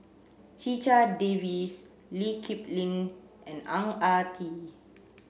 Checha Davies Lee Kip Lin and Ang Ah Tee